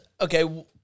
Okay